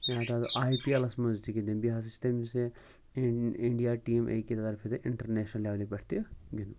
یا I P ایلَس منٛز تہِ گِنٛد تٔمۍ بیٚیہِ ہَسا چھِ تٔمِس یہِ اِن اِنڈیا ٹیٖم اے کہ طرفہٕ تہِ اِنٹَرنیشنَل لیولہِ پٮ۪ٹھ تہِ گِنٛدُن